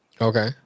Okay